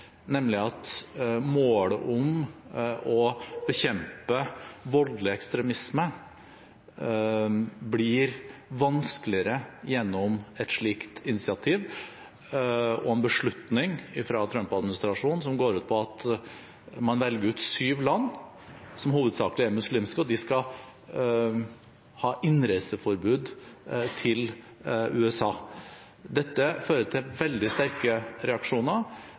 nemlig at målet om å bekjempe voldelig ekstremisme blir vanskeligere gjennom et slikt initiativ og en beslutning fra Trump-administrasjonen som går ut på at man velger ut syv land, som hovedsakelig er muslimske, og at det skal være innreiseforbud fra dem til USA. Dette fører til veldig sterke reaksjoner,